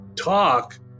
talk